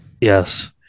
Yes